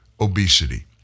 obesity